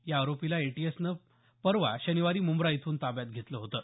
या आरोपीला एटीएसनं परवा शनिवारी मुंब्रा इथून ताब्यात घेतलं होतं